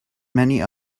many